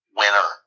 winner